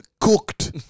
Cooked